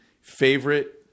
favorite